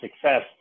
success